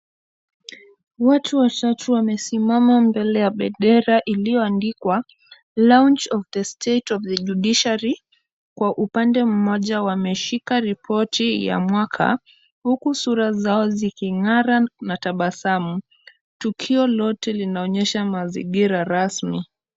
Watu watatu wamesimama mbele ya bendera iliyo andikwa lounge of the state of the judiciary. Kwa upande mmoja wameshika ripoti ya mwaka, huku sura zao ziki ng'ara na tabasamu. Tukio lote linaonesha mazingira rasmi.